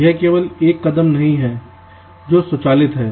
यह केवल एक कदम नहीं है जो स्वचालित है